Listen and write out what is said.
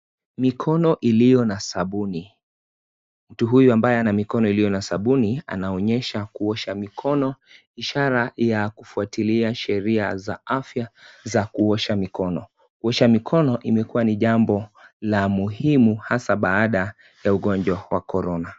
Mikono iliyo na sabuni, mtu huyu ambaye ana mikono iliyo na sabuni anaonyesha kuosha mikono ishara ya kufwatilia sheria za afya za kuosha mikono. Kuosha mikono imekua ni jambo la muhimu hasa baada ya ugonjwa wa korona.